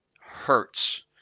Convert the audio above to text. hurts